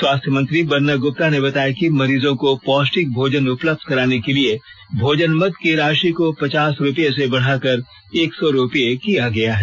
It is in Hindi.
स्वास्थ्य मंत्री बन्ना गुप्ता ने बताया कि मरीजों को पौष्टिक भोजन उपलब्ध कराने के लिए भोजन मद की राशि को पचास रुपए से बढ़ाकर एक सौ रुपए किया गया है